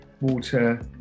water